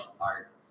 art